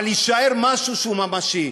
אבל יישאר משהו שהוא ממשי.